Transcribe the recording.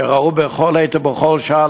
שראו בכל עת ובכל שעה,